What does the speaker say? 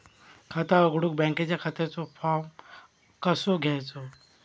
खाता उघडुक बँकेच्या खात्याचो फार्म कसो घ्यायचो?